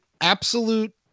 absolute